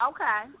Okay